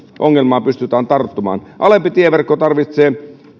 ongelmaan pystytään tarttumaan alempi tieverkko tarvitsee